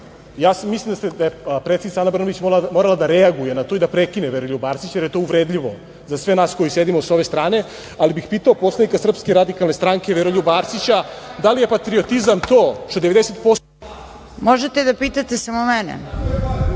boleština. Mislim da je predsednica Ana Brnabić morala da reaguje na to i da prekine Veroljuba Arsića, jer je to uvredljivo za sve nas koji sedimo sa ove strane, ali bih pitao poslanika Srpske radikalne stranke Veroljuba Arsića da li je patriotizam to što 90% … (Isključen